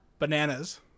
Bananas